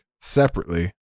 separately